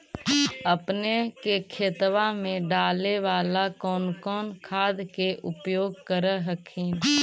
अपने के खेतबा मे डाले बाला कौन कौन खाद के उपयोग कर हखिन?